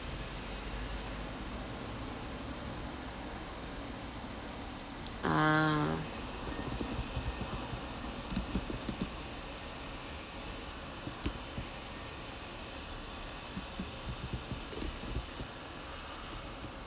ah